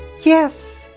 Yes